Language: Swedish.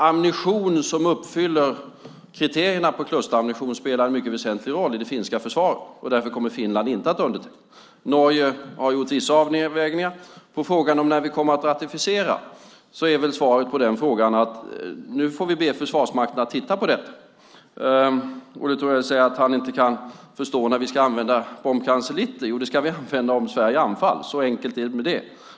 Ammunition som uppfyller kriterierna för klusterammunition spelar nämligen en mycket väsentlig roll i det finska försvaret, och därför kommer Finland inte att underteckna. Norge har gjort vissa avvägningar. På frågan när vi kommer att ratificera avtalet är väl svaret att vi nu får be Försvarsmakten att titta på detta. Olle Thorell säger att han inte kan förstå när vi ska använda bombkapsel 90. Den ska vi använda om Sverige anfalls. Så enkelt är det.